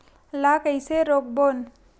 ला कइसे रोक बोन?